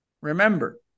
remember